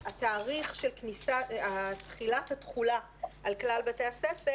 התאריך של תחילת התחולה על כלל בתי הספר